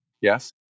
Yes